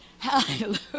Hallelujah